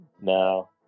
No